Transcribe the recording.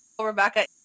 Rebecca